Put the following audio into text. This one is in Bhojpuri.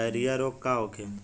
डायरिया रोग का होखे?